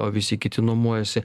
o visi kiti nuomojasi